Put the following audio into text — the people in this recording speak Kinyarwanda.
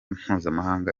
mpuzamahanga